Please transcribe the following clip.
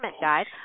Guide